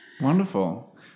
Wonderful